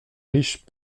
riche